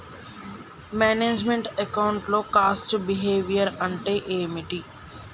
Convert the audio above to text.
Manage meant account లో cost behaviour అంటే ఏమిటి?